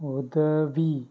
உதவி